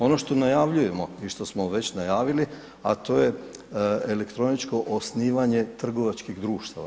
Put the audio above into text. Ono što najavljujemo i što smo već najavili, a to je elektroničko osnivanje trgovačkih društava.